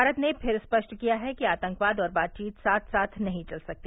भारत ने फिर स्पष्ट किया है कि आतंकवाद और बातचीत साथ साथ नहीं चल सकते